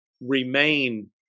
remain